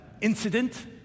incident